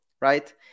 right